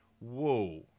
whoa